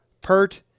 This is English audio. Pert